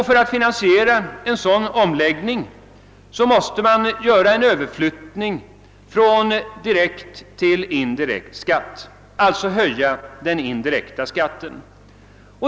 För att finansiera en sådan omläggning måste man göra en överflyttning från direkt till indirekt skatt — alltså höja den indirekta skatten.